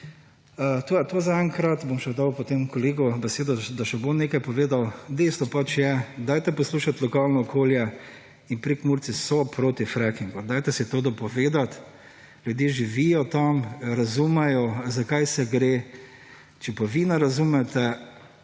to zaenkrat. Bom še dal potem kolegu besedo, da še bo on nekaj povedal. Dejstvo pač je, dajte poslušati lokalno okolje. In Prekmurci so proti frackingu, dajte si to dopovedati. Ljudje živijo tam, razumejo, za kaj se gre. **16. TRAK: